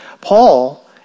Paul